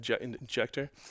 injector